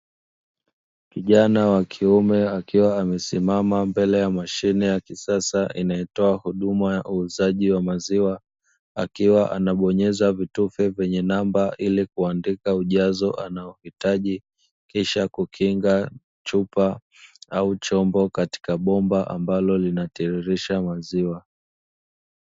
Kijana wa kiume akiwa amesimama mbele ya mashine ya kisasa, inayotoa huduma ya uuzaji wa maziwa akiwa anabonyeza kitufe kwenye namba ili kuandika ujazo anaohitaji, kisha kukinga chupa au chombo katika bomba ambalo lina tiririsha maziwa.